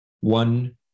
one